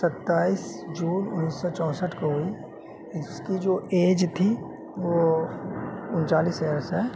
ستائیس جون انیس سو چونسٹھ کو ہوئی اس کی جو ایج تھی وہ انچالیس ایئرس ہے